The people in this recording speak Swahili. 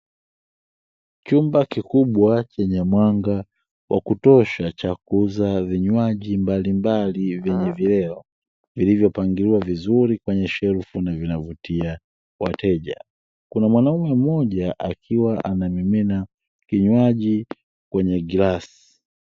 Chumba kikubwa chenye mwanga wa kutosha cha kuuza vinywaji mbalimbali venye vileo vilivyopangiliwa vizuri kwenye shelfu na vina vutia wateja, kuna mwanaume mmoja akiwa anamimina kinywaji kwenye glasi.